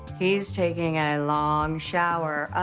he's taking a long shower. oh,